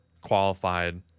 qualified